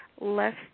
less